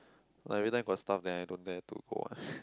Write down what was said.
like every time got stuff then I don't dare to go one